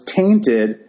tainted